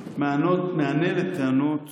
במענה לטענות